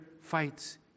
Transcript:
fights